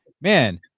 man